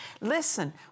Listen